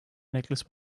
necklace